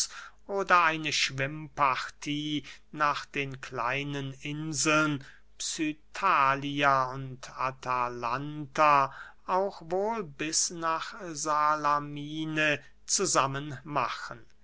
oder eine schwimmpartie nach den kleinen inseln psyttalia und atalanta auch wohl bis nach salamine zusammen machen